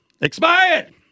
expired